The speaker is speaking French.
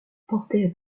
portée